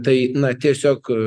tai na tiesiog